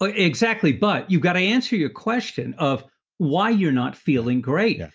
like exactly, but you've got to answer your question of why you're not feeling great.